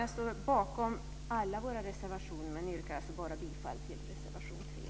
Jag står bakom alla våra reservationer men yrkar alltså bara bifall till reservation 3.